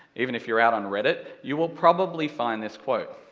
even if you're out on reddit, you will probably find this quote.